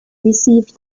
received